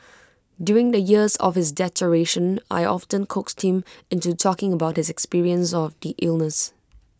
during the years of his deterioration I often coaxed him into talking about his experience of the illness